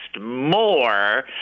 more